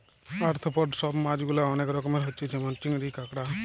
arthropod সব মাছ গুলা অনেক রকমের হচ্ছে যেমন চিংড়ি, কাঁকড়া